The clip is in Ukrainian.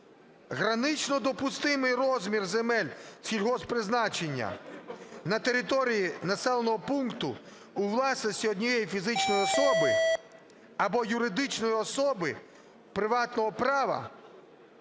"Гранично допустимий розмір земель сільгосппризначення на території населеного пункту у власності однієї фізичної особи або юридичної особи приватного права